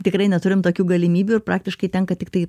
tikrai neturim tokių galimybių ir praktiškai tenka tiktai